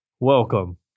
Welcome